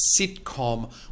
sitcom